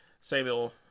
samuel